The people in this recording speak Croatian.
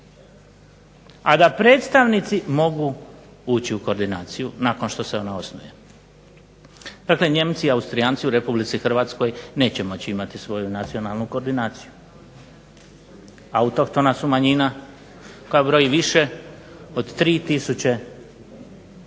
A da predstavnici mogu ući u koordinaciju nakon što se ona osnuje. Dakle, Nijemci i austrijanci u Republici Hrvatskoj neće moći imati svoju koordinaciju. Autohtona su manjina, koja broji više od 3000